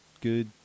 good